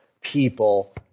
people